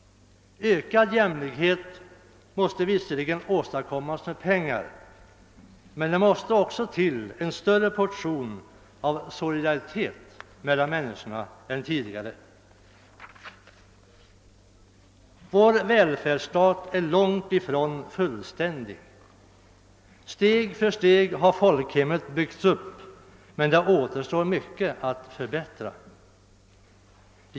ökad jämlikhet måste visserligen åstadkommas med pengar, men det fordras också en större portion solidaritet mellan människorna än tidigare. Vår välfärdsstat är långt ifrån fullständig. Steg för steg har folkhemmet byggts upp, men det återstår mycket att förbättra.